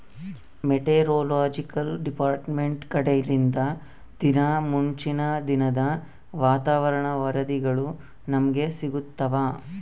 meteorological department ಕಡೆಲಿಂದ ದಿನಾ ಮುಂಚಿನ ದಿನದ ವಾತಾವರಣ ವರದಿಗಳು ನಮ್ಗೆ ಸಿಗುತ್ತವ